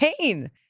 pain